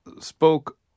spoke